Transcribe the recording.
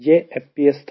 यह FPS था